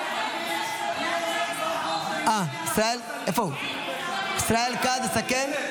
ישראל כץ מסכם?